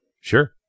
Sure